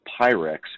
Pyrex